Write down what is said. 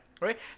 right